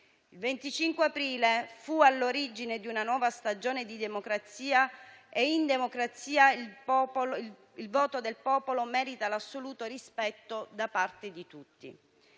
Il 25 aprile fu all'origine di una nuova stagione di democrazia e in democrazia il voto del popolo merita l'assoluto rispetto da parte di tutti.